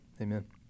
Amen